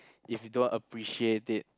if you don't appreciate it